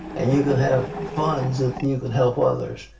and you can have funds, ah you can help others.